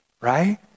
right